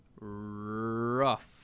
rough